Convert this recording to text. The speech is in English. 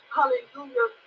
Hallelujah